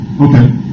Okay